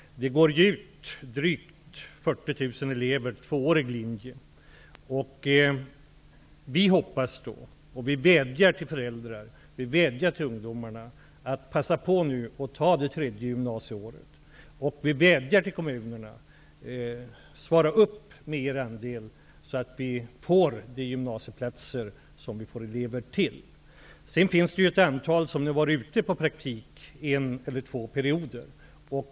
Det är drygt 40 000 elever som går ut från den tvååriga linjen, och vi vädjar till föräldrar och till ungdomar att passa på att gå det tredje gymnasieåret nu. Vi vädjar till kommunerna att de skall svara upp med sin andel, så att vi får de gymnasieplatser som det finns elever till. Det finns ett antal ungdomar som nu har varit ute på praktik i en eller två perioder.